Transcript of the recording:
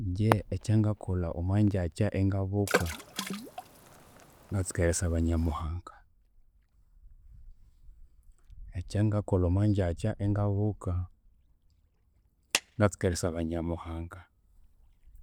Inje ekyangakolha omwanjakya ingabuka, ngatsuka erisaba nyamuhanga. Ekyangakolha omwanjakya ingabuka ngatsuka erisaba nyamuhanga,